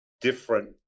different